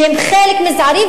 הן חלק מזערי,